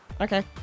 okay